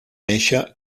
néixer